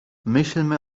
myślmy